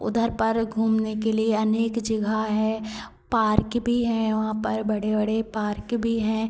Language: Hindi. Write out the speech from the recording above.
उधर पर घूमने के लिए अनेक जगह हैं पार्क भी हैं वहाँ पर बड़े बड़े पार्क भी हैं